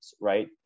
right